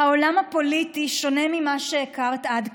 העולם הפוליטי שונה ממה שהכרת עד כה.